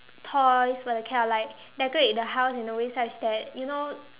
toys for the cat or like decorate the house in a way such that you know